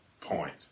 point